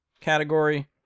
category